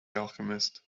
alchemist